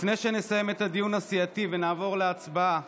לפני שנסיים את הדיון הסיעתי ונעבור להצבעה